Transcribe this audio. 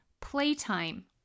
playtime